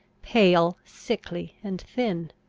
pale, sickly, and thin.